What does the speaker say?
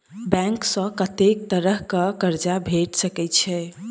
Bank सऽ कत्तेक तरह कऽ कर्जा भेट सकय छई?